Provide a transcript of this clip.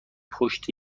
پشت